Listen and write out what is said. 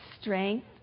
strength